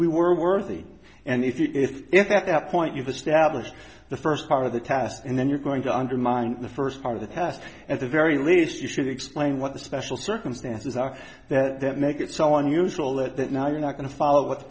we were worthy and if if that point you've established the first part of the test and then you're going to undermine the first part of the past at the very least you should explain what the special circumstances are that make it so on usual that that now you're not going to follow what the